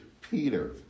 Peter